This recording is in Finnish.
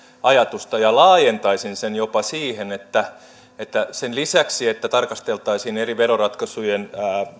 ajatusta ja laajentaisin sen jopa siihen että että sen lisäksi että tarkasteltaisiin eri veroratkaisujen